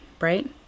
right